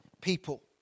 people